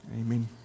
Amen